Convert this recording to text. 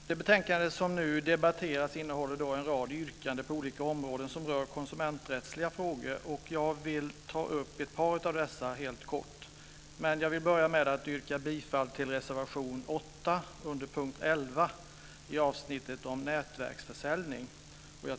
Fru talman! Det betänkande som nu debatteras innehåller en rad yrkanden på olika områden som rör konsumenträttsliga frågor. Jag vill helt kort ta upp ett par av dessa. Jag börjar dock med att yrka bifall till reservation 8 under punkt 11 i avsnittet om nätverksförsäljning.